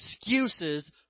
excuses